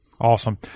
Awesome